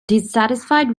dissatisfied